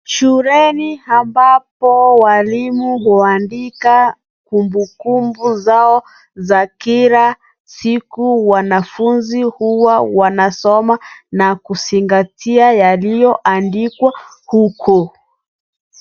Shuleni ambapo walimu huandika kumbukumbu zao za kila siku wanafunzi huwa wanasoma na kuzingatia yaliyooandikwa huku .